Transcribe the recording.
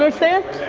so thank